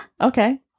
Okay